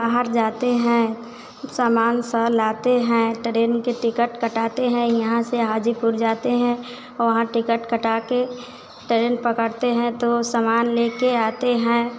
बाहर जाते हैं सामान स लाते हैं ट्रेन के टिकट कटाते हैं यहाँ से हाजीपुर जाते हैं और वहाँ टिकट कटाकर टरेन पकड़ते हैं तो सामान लेकर आते हैं